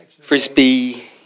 frisbee